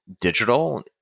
digital